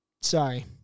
sorry